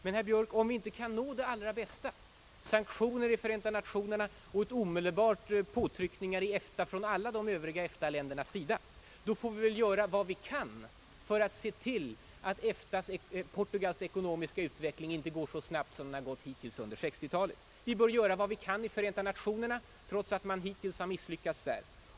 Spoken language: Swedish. Men, herr Björk, om vi inte kan nå det allra bästa — d. v. s. sanktioner i Förenta Nationerna och omedelbara påtryckningar i EFTA från alla de övriga medlemsländerna — får vi väl göra vad vi kan för att se till att Portugals ekonomiska utveckling inte fortsätter i samma snabba takt som hittills under 60-talet. Vi bör i det avseendet göra vad vi kan i FN trots att man hittills har misslyckats där.